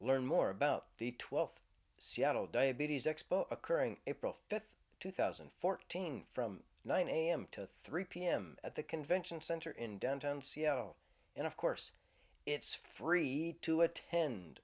learn more about the twelfth seattle diabetes expo occurring april fifth two thousand and fourteen from nine am to three pm at the convention center in downtown seattle and of course it's free to attend